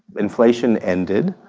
inflation ended,